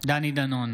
דני דנון,